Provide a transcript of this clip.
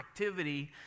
activity